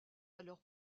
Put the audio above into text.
alors